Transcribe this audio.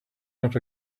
not